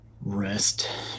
rest